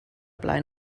blaen